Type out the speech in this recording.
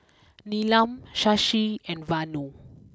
Neelam Shashi and Vanu